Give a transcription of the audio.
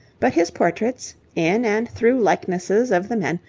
but his portraits, in and through likenesses of the men,